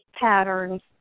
patterns